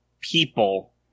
people